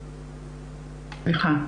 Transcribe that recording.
סליחה.